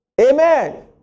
Amen